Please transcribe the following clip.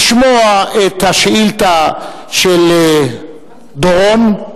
לשמוע את השאילתא של דורון.